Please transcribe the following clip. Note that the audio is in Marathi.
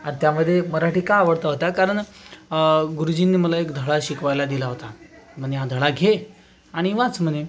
त्यामध्ये मराठी का आवडता होता कारण गुरुजींनी मला एक धडा शिकवायला दिला होता म्हणे हा धडा घे आणि वाच म्हणे